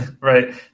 right